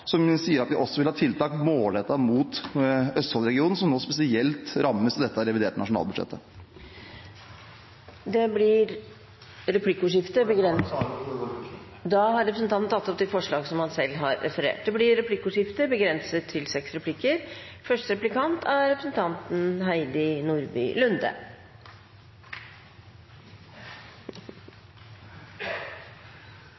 som sier at vi også vil ha tiltak målrettet mot Østfold-regionen, som nå spesielt rammes av dette reviderte nasjonalbudsjettet. Jeg tar opp Senterpartiets forslag. Da har representanten Trygve Slagsvold Vedum tatt opp de forslag han refererte til. Det blir replikkordskifte. Senterpartiet beskriver det helt riktig i sine merknader i innstillingen til